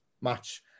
match